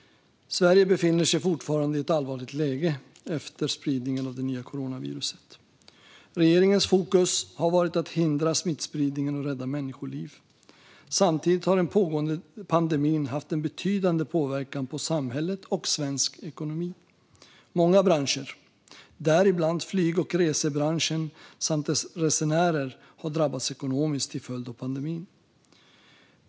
Sverige befinner sig fortfarande i ett allvarligt läge efter spridningen av det nya coronaviruset. Regeringens fokus har varit att hindra smittspridningen och rädda människoliv. Samtidigt har den pågående pandemin haft en betydande påverkan på samhället och svensk ekonomi. Många branscher, däribland flyg och resebranschen samt dess resenärer, har drabbats ekonomiskt till följd av pandemin.